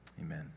Amen